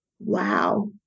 Wow